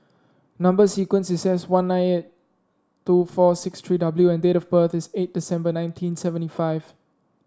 number sequence is S one nine eight two four six three W and date of birth is eight December nineteen seventy five